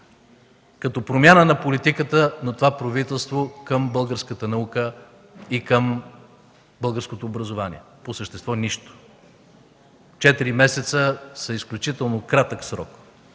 като промяна на политиката на това правителство към българската наука и образование? По същество – нищо! Четири месеца са изключително кратък срок